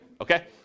Okay